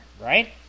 right